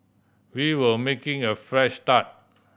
we were making a fresh start